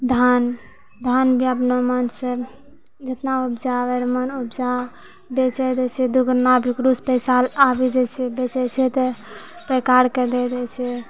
धान धान भी अपनो मनसँ जितना उपजाबैके मन उपजा बेचि दै छै दुगुना ओकरोसँ भी पैसा आबि जाइ छै बेचै छै तऽ पहिकारके दै दै छै